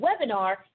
webinar